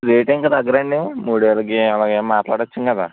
rate ఇంక తగ్గరాండి మూడు వేలకి అలా ఏం మాట్లాడవచ్చును కదా